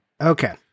Okay